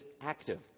active